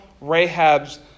Rahab's